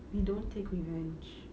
we don't take revenge